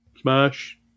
Smash